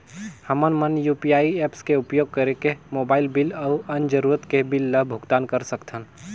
हमन मन UPI apps के उपयोग करिके मोबाइल बिल अऊ अन्य जरूरत के बिल ल भुगतान कर सकथन